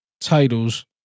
titles